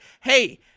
hey